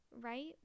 Right